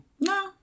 No